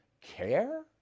care